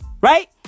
Right